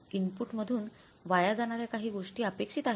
input मधून वाया जाणाऱ्या काही गोष्टी अपेक्षित आहेत